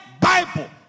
Bible